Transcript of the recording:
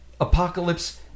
Apocalypse